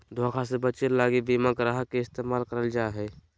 धोखा से बचे लगी बीमा ग्राहक के इस्तेमाल करल जा हय